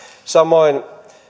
samoin